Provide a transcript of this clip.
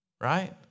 right